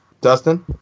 Dustin